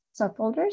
subfolders